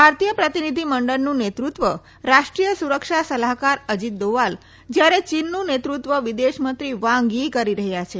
ભારતીય પ્રતિનિધિ મંડળનું નેતૃત્વ રાષ્ટ્રીય સુરક્ષા સલાહકાર અજીત દોવાલ જયારે ચીનનું નેતૃત્વ વિદેશમંત્રી વાંગ થી કરી રહ્યાં છે